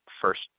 first